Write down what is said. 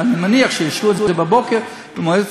אני מניח שאישרו את זה בבוקר במועצת